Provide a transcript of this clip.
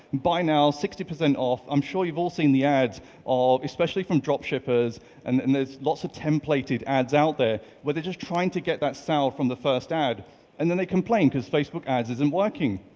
buy now. sixty percent off. i'm sure you've all seen the ads or especially from dropshippers and and there's lots of templated ads out there. where they're just trying to get that sale from the first ad and then they complain because facebook ads isn't working.